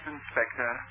Inspector